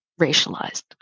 racialized